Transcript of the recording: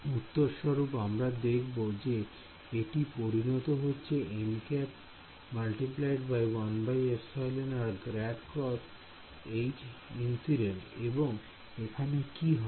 উত্তর স্বরূপ আমরা দেখব যে এটি পরিণত হচ্ছে nˆ × 1εr∇× এবং এখানে কি হবে